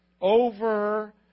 over